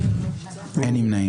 הצבעה לא אושרו.